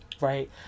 right